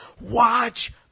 watch